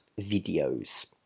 videos